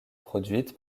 produite